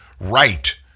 right